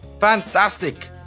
Fantastic